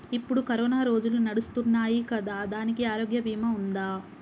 ఇప్పుడు కరోనా రోజులు నడుస్తున్నాయి కదా, దానికి ఆరోగ్య బీమా ఉందా?